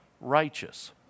righteous